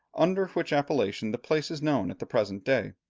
under which appellation the place is known at the present day.